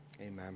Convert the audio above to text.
amen